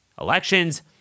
elections